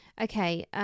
Okay